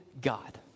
God